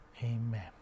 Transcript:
Amen